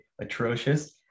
atrocious